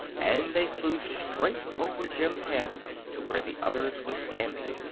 and they flew straight over jim's head to where the others were standing.